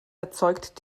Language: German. erzeugt